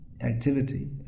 activity